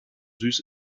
süß